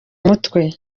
mutwe